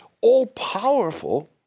all-powerful